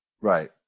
Right